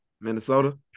Minnesota